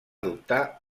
adoptar